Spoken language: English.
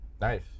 Nice